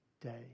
day